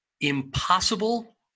impossible